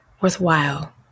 worthwhile